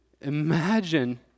Imagine